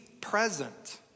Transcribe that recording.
present